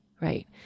right